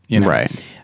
right